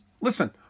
listen